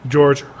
George